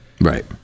Right